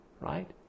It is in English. right